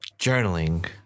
Journaling